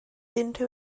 unrhyw